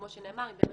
כמו שנאמר "היא בזנות,